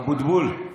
אבוטבול,